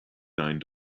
nine